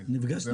וקרן.